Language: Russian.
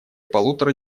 полутора